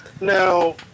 Now